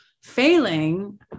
Failing